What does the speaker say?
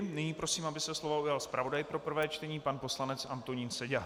Nyní prosím, aby se slova ujal zpravodaj pro prvé čtení pan poslanec Antonín Seďa.